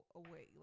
away